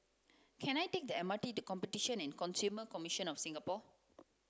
can I take the M R T to Competition and Consumer Commission of Singapore